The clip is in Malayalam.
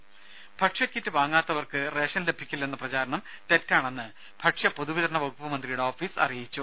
രുദ ഭക്ഷ്യകിറ്റ് വാങ്ങാത്തവർക്ക് റേഷൻ ലഭിക്കില്ലെന്ന പ്രചാരണം തെറ്റാണെന്ന് ഭക്ഷ്യപൊതുവിതരണ വകുപ്പ് മന്ത്രിയുടെ ഓഫീസ് അറിയിച്ചു